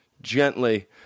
gently